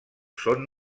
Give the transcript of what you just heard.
són